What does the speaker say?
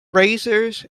razors